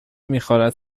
میخورد